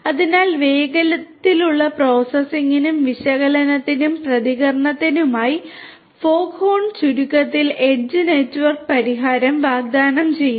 അതിനാൽ വേഗത്തിലുള്ള പ്രോസസ്സിംഗിനും വിശകലനത്തിനും പ്രതികരണത്തിനുമായി ഫോഗ്ഹോൺ ചുരുക്കത്തിൽ എഡ്ജ് നെറ്റ്വർക്ക് പരിഹാരം വാഗ്ദാനം ചെയ്യുന്നു